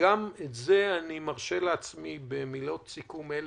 גם פה אני מרשה לעצמי להזהיר במילות סיכום אלה,